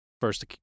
first